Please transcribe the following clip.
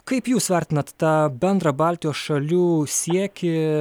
kaip jūs vertinat tą bendrą baltijos šalių siekį